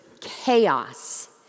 chaos